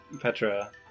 Petra